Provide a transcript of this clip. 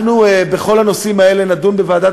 בכל הנושאים האלה אנחנו נדון בוועדת